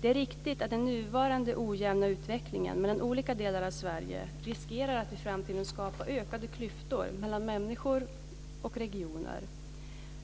Det är riktigt att den nuvarande ojämna utvecklingen mellan olika delar av Sverige riskerar att i framtiden skapa ökade klyftor mellan människor och regioner.